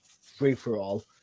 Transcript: free-for-all